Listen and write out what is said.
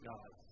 God